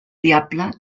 diable